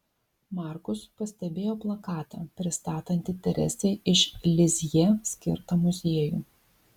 markus pastebėjo plakatą pristatantį teresei iš lizjė skirtą muziejų